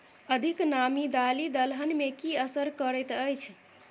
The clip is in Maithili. अधिक नामी दालि दलहन मे की असर करैत अछि?